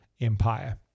empire